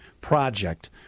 project